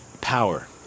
power